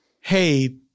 hey-